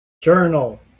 Journal